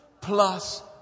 plus